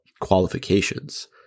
qualifications